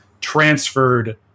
transferred